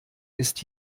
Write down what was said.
ist